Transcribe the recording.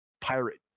pirate